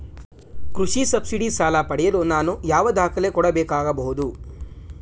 ಕೃಷಿ ಸಬ್ಸಿಡಿ ಸಾಲ ಪಡೆಯಲು ನಾನು ಯಾವ ದಾಖಲೆ ಕೊಡಬೇಕಾಗಬಹುದು?